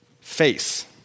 Face